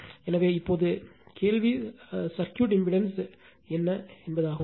எனவே இப்போது கேள்வி சர்க்யூட் இம்பிடன்ஸ் ஆகும்